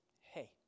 Hey